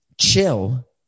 chill